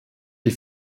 die